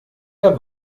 der